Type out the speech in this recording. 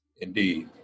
Indeed